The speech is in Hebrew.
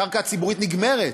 הקרקע הציבורית נגמרת.